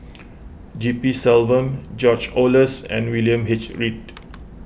G P Selvam George Oehlers and William H Read